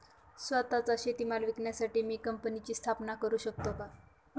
स्वत:चा शेतीमाल विकण्यासाठी मी कंपनीची स्थापना करु शकतो का?